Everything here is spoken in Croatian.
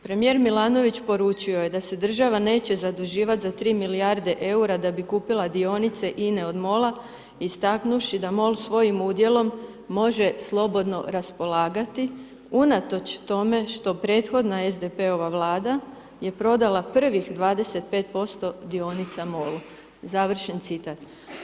Premijer Milanović poručio je da se država neće zaduživat za 3 milijarde EUR-a da bi kupila dionice INE od MOL-a istaknuvši da MOL svojim udjelom može slobodno raspolagati unatoč tome što prethodna SDP-ova Vlada je prodala prvih 25% dionica MOL-u.“ Završen citat.